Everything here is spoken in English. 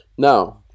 Now